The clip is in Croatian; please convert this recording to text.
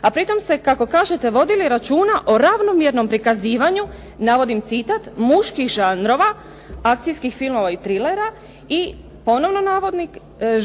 a pritom ste kako kažete vodili računa o ravnomjernom prikazivanju navodim citat "muških žanrova", akcijskih filmova i trilera i ponovno navodnik